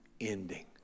ending